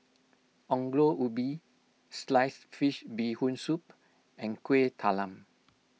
Ongol Ubi Sliced Fish Bee Hoon Soup and Kuih Talam